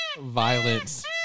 Violence